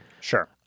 Sure